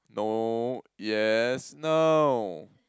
no yes no